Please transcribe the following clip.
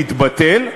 להתבטל,